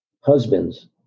Husbands